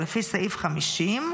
לפי סעיף 50,